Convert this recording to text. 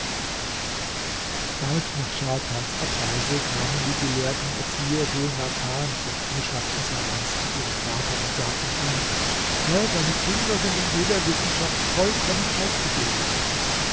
bald nach scharkans abreise kamen die gelehrten erzieher dhul makans und nushat assamans zu ihrem vater und sagten ihm herr deine kinder sind in jeder wissenschaft vollkommen ausgebildet